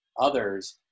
others